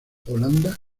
holanda